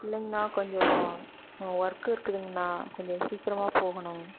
இல்லைங்கண்ணா கொஞ்சம் ஒர்க் இருக்குதுங்கண்ணா கொஞ்சம் சீக்கிரமாக போகணும்